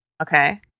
Okay